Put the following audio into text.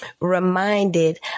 Reminded